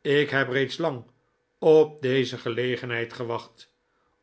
ik heb reeds lang op deze gelegenheid gewacht